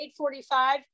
8.45